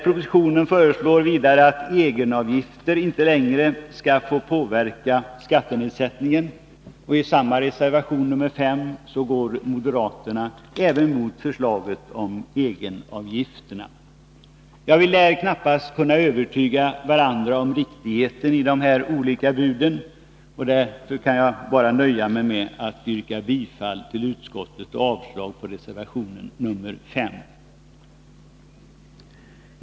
Propositionen föreslår vidare att egenavgifterna inte längre skall få påverka skattenedsättningen. I samma reservation 5 går moderaterna mot även förslaget om egenavgifterna. Vi lär knappast kunna övertyga varandra om riktigheten i de olika buden. Därför nöjer jag mig med att yrka bifall till utskottets hemställan och avslag på reservation 5.